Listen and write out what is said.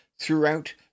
throughout